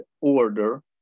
order